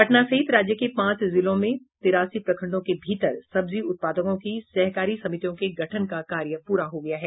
पटना सहित राज्य के पांच जिलों में तिरासी प्रखंडों के भीतर सब्जी उत्पादकों की सहकारी समितियों के गठन का कार्य पूरा हो गया है